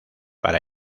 para